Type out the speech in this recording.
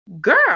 Girl